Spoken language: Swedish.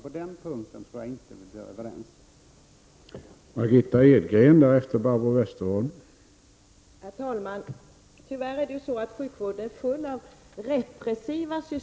Jag tror inte att vi är överens på den punkten.